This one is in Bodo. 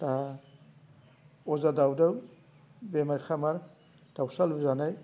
दा अजा दावदों बेमार खामार दाउसा लुजानाय